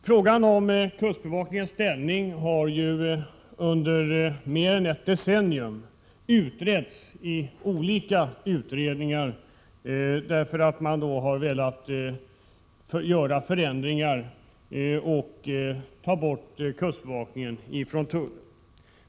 Frågan om kustbevakningens ställning har ju under mer en ett decennium utretts i olika utredningar därför att man har velat göra förändringar och ta bort kustbevakningen från tullen.